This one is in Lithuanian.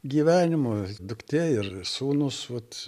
gyvenimu duktė ir sūnus vat